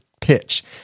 pitch